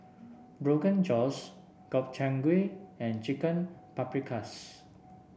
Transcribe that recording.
Rogan Josh Gobchang Gui and Chicken Paprikas